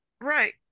Right